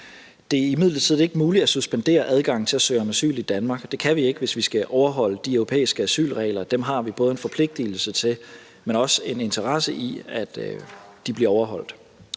Det er imidlertid ikke muligt at suspendere adgang til at søge om asyl i Danmark. Det kan vi ikke, hvis vi skal overholde de europæiske asylregler. Dem har vi både en forpligtelse til, men også en interesse i bliver overholdt.